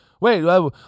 wait